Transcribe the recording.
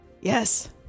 Yes